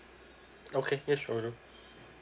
okay yes sure will do